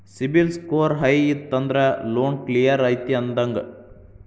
CIBIL score high ಇತ್ತಂದ್ರ loan clear ಐತಿ ಅಂದಂಗ